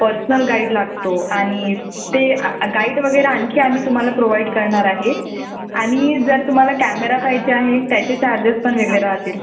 personal guide लागतो आणि ते गाईड वगैरे आणखी आम्ही तुम्हाला प्रोवाइड करणार आहे आणि जर तुम्हाला कॅमेरा पाहिजे आहे त्याचे चार्जेस पण वेगळे राहतील